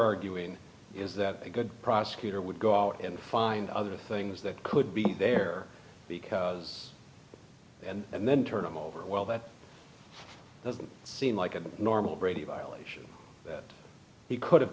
arguing is that a good prosecutor would go out and find other things that could be there because and then turn him over well that doesn't seem like a normal brady violation that he could have